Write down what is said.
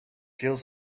feels